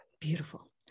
Beautiful